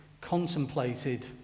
contemplated